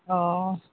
অঁ